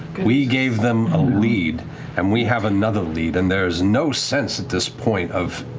we gave them a lead and we have another lead and there's no sense at this point of